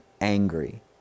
angry